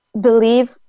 believe